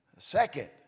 second